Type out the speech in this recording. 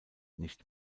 nicht